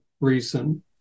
reason